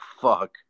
fuck